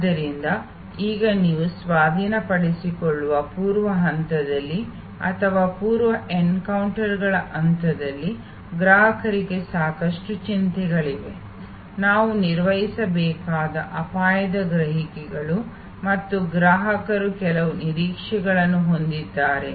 ಆದ್ದರಿಂದ ಈಗ ನೀವು ಸ್ವಾಧೀನಪಡಿಸಿಕೊಳ್ಳುವ ಪೂರ್ವ ಹಂತದಲ್ಲಿ ಅಥವಾ ಪೂರ್ವ ಎನ್ಕೌಂಟರ್ಗಳ ಹಂತದಲ್ಲಿ ಗ್ರಾಹಕರಿಗೆ ಸಾಕಷ್ಟು ಚಿಂತೆಗಳಿವೆ ನಾವು ನಿರ್ವಹಿಸಬೇಕಾದ ಅಪಾಯದ ಗ್ರಹಿಕೆಗಳು ಮತ್ತು ಗ್ರಾಹಕರು ಕೆಲವು ನಿರೀಕ್ಷೆಗಳನ್ನು ಹೊಂದಿದ್ದಾರೆ